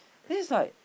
then is like